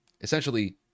essentially